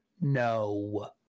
no